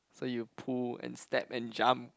so you pull and step and jump